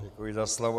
Děkuji za slovo.